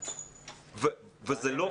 ואומרת: